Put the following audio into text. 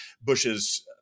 Bush's